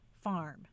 farm